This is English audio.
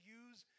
use